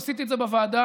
עשיתי את זה בוועדה,